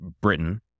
Britain